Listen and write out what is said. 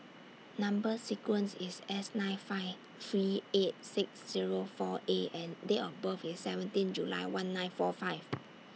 Number sequence IS S nine five three eight six Zero four A and Date of birth IS seventeen July one nine four five